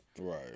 Right